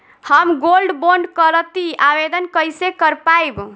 हम gold bond करतिं आवेदन कइसे कर पाइब?